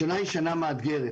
השנה היא שנה מאתגרת.